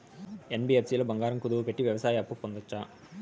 NBFC లో బంగారం కుదువు పెట్టి వ్యవసాయ అప్పు పొందొచ్చా?